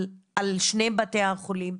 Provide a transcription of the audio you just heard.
על שני בתי החולים.